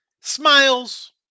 smiles